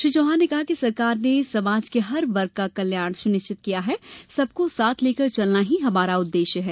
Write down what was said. श्री चौहान ने कहा कि सरकार ने समाज के हर वर्ग का कल्याण सुनिश्चित किया है सबको साथ लेकर चलना ही हमारा उद्वेश्य है